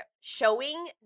showing